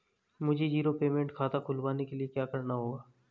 मुझे zero payment खाता खुलवाने के लिए क्या करना होगा?